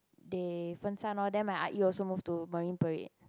they fen shan loh then my Ah-Yi also move to Marine-Parade